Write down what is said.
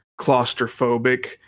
claustrophobic